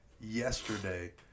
yesterday